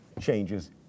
changes